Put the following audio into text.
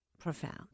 Profound